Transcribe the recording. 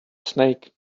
snake